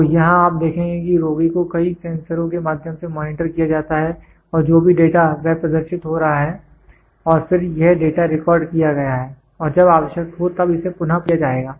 तो यहाँ आप देखेंगे कि रोगी को कई सेंसरों के माध्यम से मॉनिटर किया जाता है और जो भी डेटा है वह प्रदर्शित हो रहा है और फिर यह डेटा रिकॉर्ड किया गया है और जब आवश्यक हो तब इसे पुनः प्राप्त किया जाएगा